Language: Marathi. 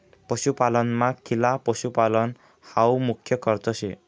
पशुपालनमा खिला पशुपालन हावू मुख्य खर्च शे